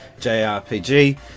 JRPG